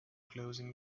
closing